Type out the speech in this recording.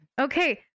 Okay